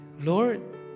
Lord